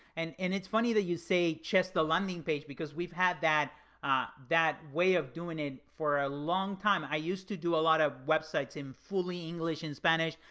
and and it's funny that you say just the landing page, because we've had that ah way way of doing it for a long time. i used to do a lot of websites in fully english and spanish.